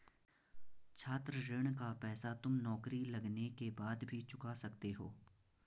छात्र ऋण का पैसा तुम नौकरी लगने के बाद भी चुका सकते हो